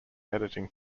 editing